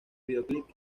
videoclip